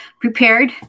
prepared